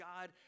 God